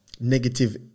negative